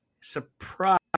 surprise